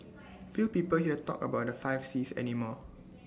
few people here talk about the five Cs any more